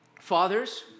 fathers